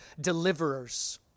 deliverers